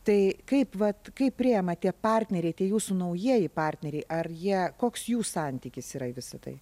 tai kaip vat kaip priima tie partneriai tie jūsų naujieji partneriai ar jie koks jų santykis yra į visa tai